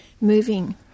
moving